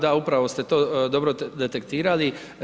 Da, upravo ste to dobro detektirali.